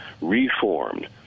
reformed